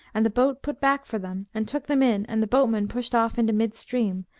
and the boat put back for them and took them in and the boatman pushed off into mid-stream,